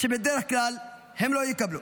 שבדרך כלל הם לא יקבלו.